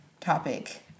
topic